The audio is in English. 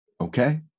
okay